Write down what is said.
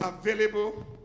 available